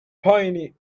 piny